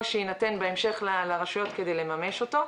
שיינתן בהמשך לרשויות כדי לממש אותו.